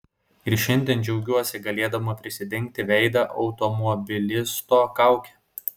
ir šiandien džiaugiuosi galėdama prisidengti veidą automobilisto kauke